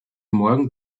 morgen